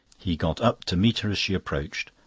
he got up to meet her as she approached,